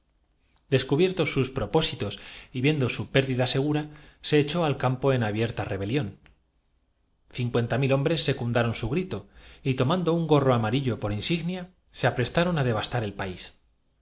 descubiertos sus pro pósitos y viendo su pérdida segura se echó al campo en abierta rebelión cincuenta mil hombres secunda ron su grito y tomando un gorro amarillo por insig nia se aprestaron á devastar el país